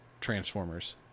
transformers